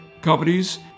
companies